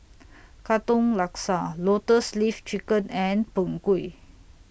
Katong Laksa Lotus Leaf Chicken and Png Kueh